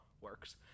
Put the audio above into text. works